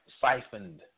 siphoned